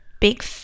big